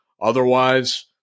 Otherwise